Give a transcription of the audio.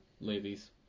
ladies